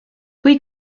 või